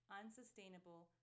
unsustainable